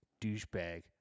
douchebag